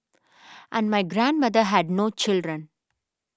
and my grandmother had no children